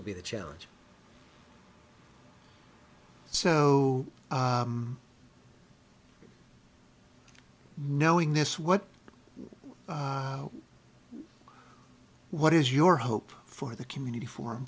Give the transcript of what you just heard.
will be the challenge so knowing this what what is your hope for the community for